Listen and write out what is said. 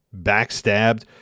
backstabbed